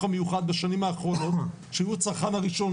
המיוחד בשנים האחרונות שהוא הצרכן הראשון,